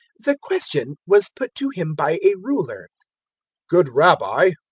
the question was put to him by a ruler good rabbi,